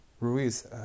Ruiz